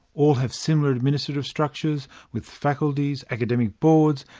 all have similar administrative structures, with faculties, academic boards,